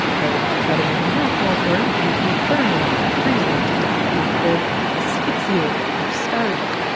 though cutting it in half won't work, you could burn one or freeze one to death. you could asphyxiate it or starve it.